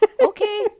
Okay